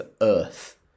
earth